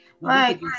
Right